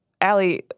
Allie